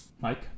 Mike